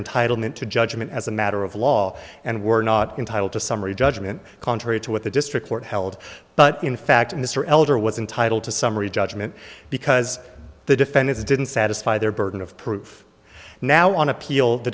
entitlement to judgment as a matter of law and were not entitle to summary judgment contrary to what the district court held but in fact mr elder was entitled to summary judgment because the defendants didn't satisfy their burden of proof now on appeal the